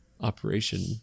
operation